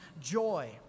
joy